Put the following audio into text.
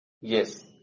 yes